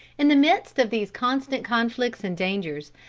in the midst of these constant conflicts and dangers,